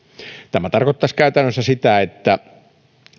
tämä tarkoittaisi käytännössä sitä että